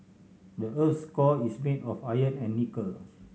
the earth's core is made of iron and nickel